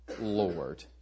Lord